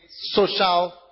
social